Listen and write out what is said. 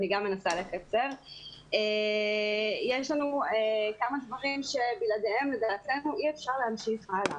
יש לנו כמה דברים שבלעדיהם לדעתנו אי אפשר להמשיך הלאה.